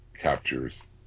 captures